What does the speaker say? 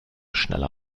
schneller